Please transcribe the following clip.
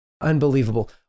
Unbelievable